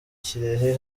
kirehe